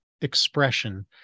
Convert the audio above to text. expression